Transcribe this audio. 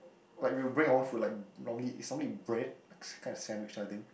what we would bring our food like normally is something bread likes kind of sandwich the other thing